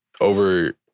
over